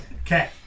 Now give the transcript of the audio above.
Okay